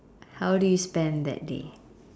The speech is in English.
how did you spend that day